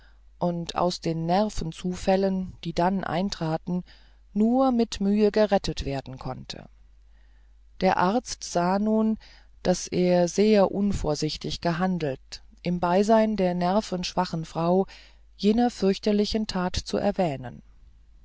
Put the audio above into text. und aus den nervenzufällen die dann eintraten nur mit mühe gerettet werden konnte der arzt sah nun daß er sehr unvorsichtig gehandelt im beisein der nervenschwachen frau jener fürchterlichen tat zu erwähnen